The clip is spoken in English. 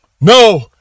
No